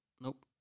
Nope